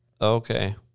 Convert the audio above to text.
okay